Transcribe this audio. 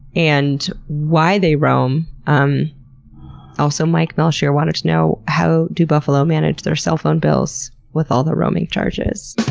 and why they roam? um also, mike melchior wanted to know how do buffalo manage their cell phone bills with all the roaming charges?